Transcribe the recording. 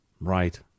Right